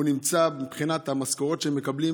מבחינת המשכורות שהם מקבלים,